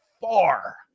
far